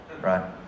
right